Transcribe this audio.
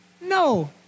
No